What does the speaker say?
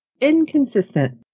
Inconsistent